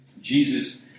Jesus